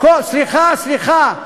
אז היו, סליחה, סליחה.